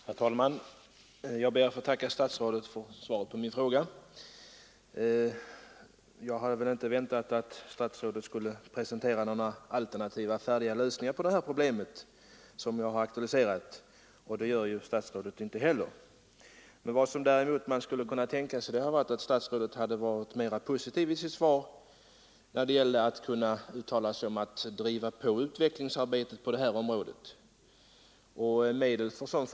Herr talman! Jag ber att få tacka statsrådet för svaret på min fråga. Jag hade väl inte väntat att statsrådet skulle presentera några alternativa färdiga lösningar på det problem som jag har aktualiserat, och det gör ju statsrådet inte heller. Däremot skulle man kunna tänka sig att statsrådet hade varit mera positiv i sitt svar när det gäller att uttala sig om att driva på utvecklingsarbetet och forskningen på det här området.